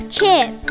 Chip